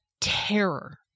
terror